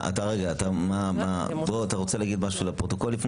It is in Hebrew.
אתה רוצה לומר משהו לפרוטוקול?